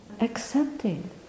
accepting